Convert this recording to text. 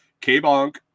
K-bonk